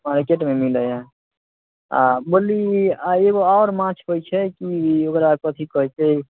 मार्केटमे मिलै हय आओर बोलली आओर एगो आर माछ होइ छै कि ओकरा कथी कहै छै